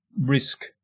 risk